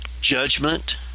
judgment